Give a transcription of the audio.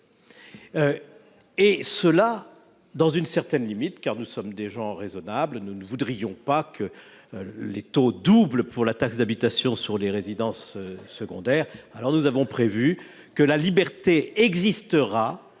le faire dans une certaine limite, car nous sommes des gens raisonnables. Nous ne voudrions pas que les taux doublent pour la taxe d’habitation sur les résidences secondaires. C’est pourquoi nous proposons que la liberté existe